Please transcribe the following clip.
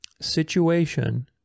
situation